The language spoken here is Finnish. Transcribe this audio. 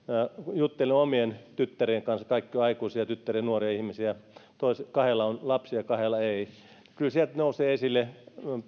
juttelen omien tyttärieni kanssa kaikki ovat jo aikuisia tyttäriä nuoria ihmisiä ja kahdella on lapsia kahdella ei kyllä sieltä nousee esille